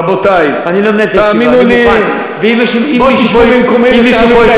רבותי, תאמינו לי, אני לא מנהל את הישיבה.